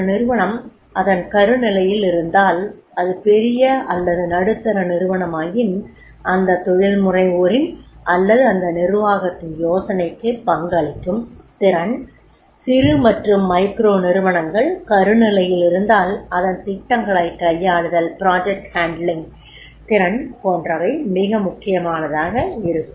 ஒரு நிறுவனம் அதன் கரு நிலையில் இருந்தால் அது பெரிய அல்லது நடுத்தர நிறுவனமாயின் அந்த தொழில்முனைவோரின் அல்லது அந்த நிர்வாகத்தின் யோசனைக்கு பங்களிக்கும் திறன்சிறு மற்றும் மைக்ரோ நிறுவனங்கள் கரு நிலையில் இருந்தால் அதன் திட்டங்களைக் கையாளுதல் திறன் போன்றவை மிக முக்கியமானதாக இருக்கும்